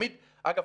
אגב,